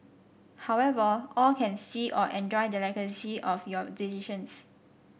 however all can see or enjoy the legacy of your decisions